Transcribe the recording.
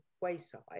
wayside